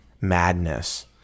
madness